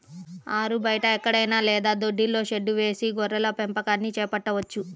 ఆరుబయట ఎక్కడైనా లేదా దొడ్డిలో షెడ్డు వేసి గొర్రెల పెంపకాన్ని చేపట్టవచ్చు